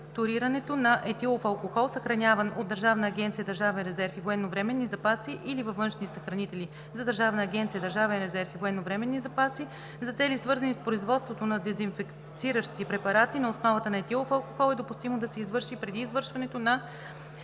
на етилов алкохол съхраняван от Държавна агенция „Държавен резерв и военновременни запаси“ или във външни съхранители за Държавна агенция „Държавен резерв и военновременни запаси“ за цели, свързани с производството на дезинфекциращи препарати на основата на етилов алкохол, е допустимо да се извърши преди извършването на